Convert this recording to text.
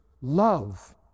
love